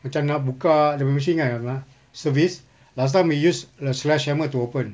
macam nak buka dia punya machine kan ah service last time we use a sledgehammer to open